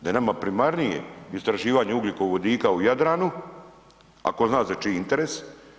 Da je nama primarnije istraživanje ugljikovodika u Jadranu, a tko zna za čiji interes.